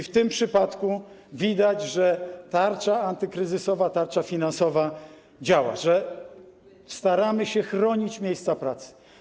W tym przypadku widać, że tarcza antykryzysowa, tarcza finansowa działa, że staramy się chronić miejsca pracy.